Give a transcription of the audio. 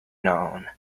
known